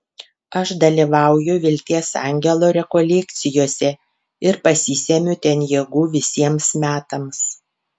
aš dalyvauju vilties angelo rekolekcijose ir pasisemiu ten jėgų visiems metams